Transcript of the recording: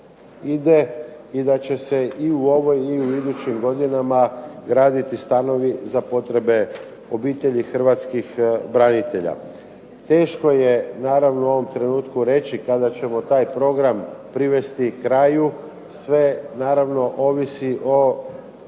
i da će se i u ovoj i u idućim godinama graditi stanovi za potrebe obitelji hrvatskih branitelja. Teško je naravno u ovom trenutku reći kada ćemo taj program privesti kraju. Sve naravno ovisi o